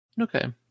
Okay